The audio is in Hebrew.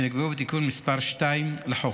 שנקבעו בתיקון מס' 2 לחוק.